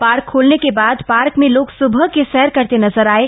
park खुलने के बाद पार्क में लाग सूबह की सण करते नजर आये